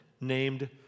named